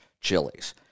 chilies